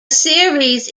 series